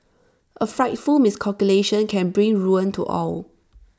A frightful miscalculation can bring ruin to all